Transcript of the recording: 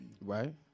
Right